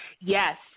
Yes